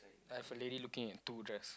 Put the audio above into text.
I have a lady looking at two dress